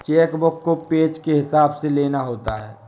check book को page के हिसाब से लेना होता है